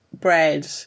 bread